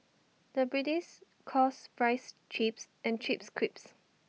the calls Fries Chips and Chips Crisps